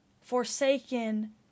Forsaken